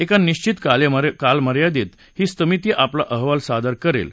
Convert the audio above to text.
एका निश्वित कालमर्यादेत ही समिती आपला अहवाल सादर करेल